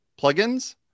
plugins